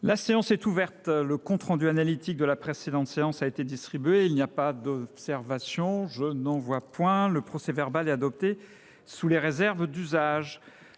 La séance est ouverte. Le compte rendu analytique de la précédente séance a été distribué. Il n’y a pas d’observation ?… Le procès verbal est adopté sous les réserves d’usage.